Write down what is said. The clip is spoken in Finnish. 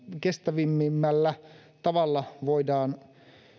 kestävimmällä tavalla voidaan